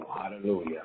Hallelujah